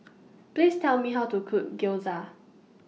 Please Tell Me How to Cook Gyoza